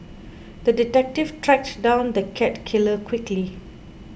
the detective tracked down the cat killer quickly